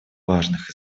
важных